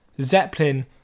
Zeppelin